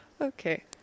Okay